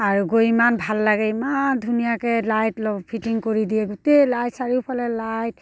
আৰু গৈ ইমান ভাল লাগে ইমান ধুনীয়াকৈ লাইট ফিটিং কৰি দিয়ে গোটেই লাইট চাৰিওফালে লাইট